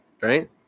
right